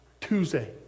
Tuesday